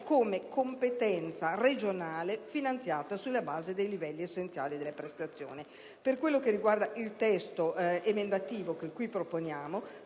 come competenza regionale finanziata sulla base dei livelli essenziali delle prestazioni. Nel testo emendativo che qui proponiamo